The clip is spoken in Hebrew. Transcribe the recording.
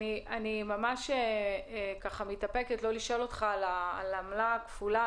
אני ממש מתאפקת לא לשאול אותך על העמלה הכפולה,